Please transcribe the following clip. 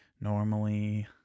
normally